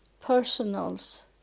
personals